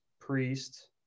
Priest